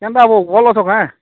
କେନ୍ତା ବୋ ଭଲ୍ ଅଛ ନା